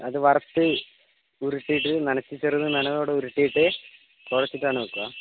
അത് വറുത്ത് ഉരുട്ടിയിട്ട് നനച്ച് ചെറിയ നനവോടെ ഉരുട്ടിയിട്ട് കുഴച്ചിട്ടാണ് വെക്കുക